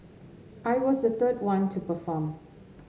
I was the third one to perform